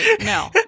no